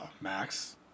Max